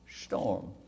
storm